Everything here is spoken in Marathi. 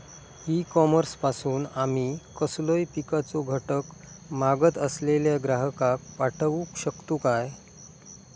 ई कॉमर्स पासून आमी कसलोय पिकाचो घटक मागत असलेल्या ग्राहकाक पाठउक शकतू काय?